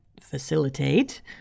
facilitate